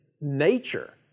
nature